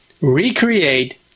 recreate